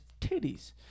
titties